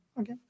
okay